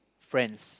friends